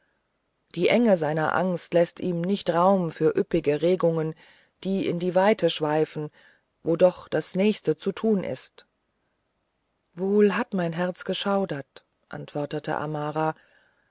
die enge seiner angst läßt ihm nicht raum für üppige regungen die in die weite schweifen wo noch das nächste zu tun ist wohl hat mein herz geschaudert antwortete amara